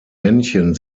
männchen